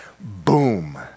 boom